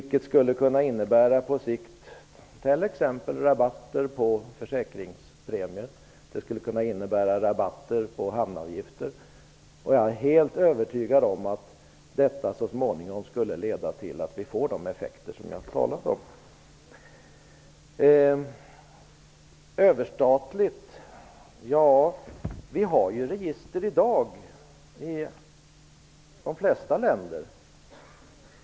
Det skulle t.ex. kunna innebära rabatter på försäkringspremier och på hamnavgifter. Jag är helt övertygad om att detta så småningom skulle få de effekter som jag har talat om. Det finns ju register i de flesta länder i dag.